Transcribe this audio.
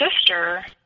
sister